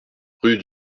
rue